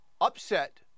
upset